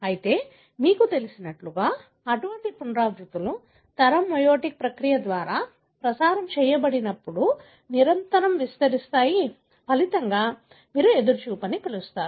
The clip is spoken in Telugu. అయితే మీకు తెలిసినట్లుగా అటువంటి పునరావృత్తులు తరం మెయోటిక్ ప్రక్రియ ద్వారా ప్రసారం చేయబడినప్పుడు నిరంతరం విస్తరిస్తాయి ఫలితంగా మీరు ఎదురుచూపు అని పిలుస్తారు